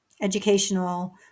educational